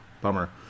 Bummer